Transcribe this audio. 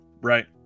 right